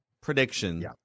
prediction